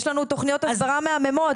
יש לנו תוכניות הסברה מהממות,